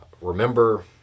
Remember